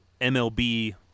MLB